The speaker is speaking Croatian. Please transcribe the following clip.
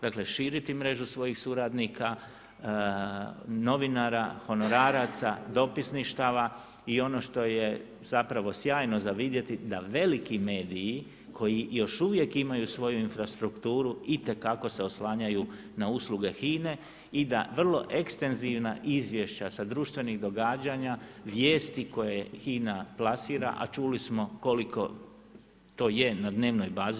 Dakle, širiti mrežu svoju suradnika, novinara, honoraraca, dopisništava i ono što je zapravo sjajno za vidjeti da veliki mediji koji još uvijek imaju svoj infrastrukturu itekako se oslanjaju na usluge HINA-e i da vrlo ekstenzivna izvješća sa društvenih događanja, vijesti koje HINA plasira, a čuli smo koliko to je na dnevnoj bazi.